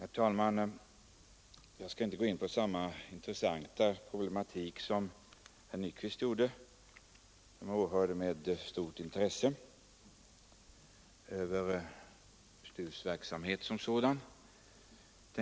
Herr talman! Jag skall inte gå in på den intressanta problematik som herr Nyquist behandlade — jag åhörde hans anförande med stort intresse.